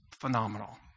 phenomenal